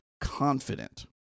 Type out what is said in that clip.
confident